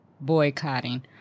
boycotting